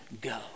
Go